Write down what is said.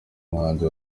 muhanzi